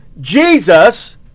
Jesus